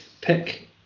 pick